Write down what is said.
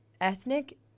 ethnic